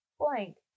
blank